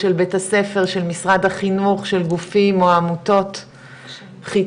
של בית הספר של משרד החינוך של גופים או עמותות חיצוניים,